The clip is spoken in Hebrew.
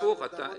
הפוך.